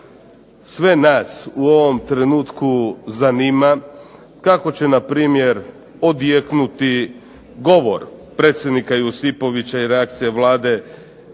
sve nas u ovom trenutku zanima kako će na primjer, odjeknuti govor predsjednika Josipovića i reakcija Vlade